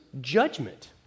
judgment